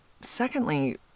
secondly